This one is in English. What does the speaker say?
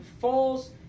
falls